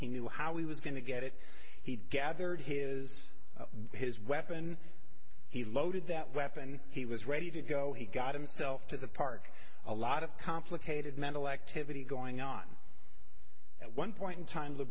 he knew how he was going to get it he gathered his his weapon he loaded that weapon he was ready to go he got himself to the park a lot of complicated mental activity going on at one point in time the